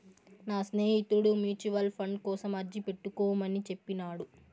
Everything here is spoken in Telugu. నా స్నేహితుడు మ్యూచువల్ ఫండ్ కోసం అర్జీ పెట్టుకోమని చెప్పినాడు